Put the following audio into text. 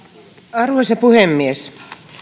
arvoisa puhemies